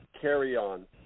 carry-on